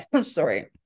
Sorry